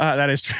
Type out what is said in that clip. that is true